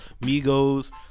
Migos